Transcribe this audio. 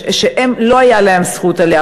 שלא הייתה להם זכות עלייה.